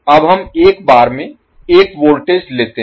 अब हम एक बार में एक वोल्टेज लेते हैं